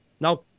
Now